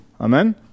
Amen